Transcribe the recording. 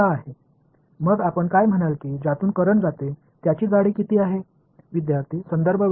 எனவே இல்லை இது ஒரு சரியான கடத்தி ஒரு முடிவிலி பின்னர் தற்போதைய மின்சார பாய்ச்சலின் தடிமன் எவ்வளவு என்று நீங்கள் சொல்வீர்கள்